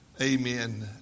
Amen